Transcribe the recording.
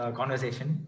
conversation